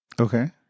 Okay